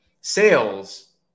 sales